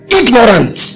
ignorant